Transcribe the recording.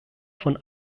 von